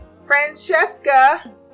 francesca